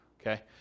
Okay